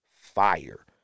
fire